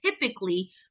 typically